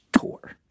tour